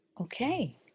Okay